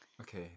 Okay